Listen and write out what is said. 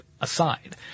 aside